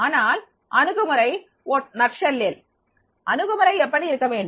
ஆனால் அணுகுமுறை சுருக்கமாகஅணுகுமுறை எப்படி இருக்க வேண்டும்